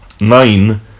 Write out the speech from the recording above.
Nine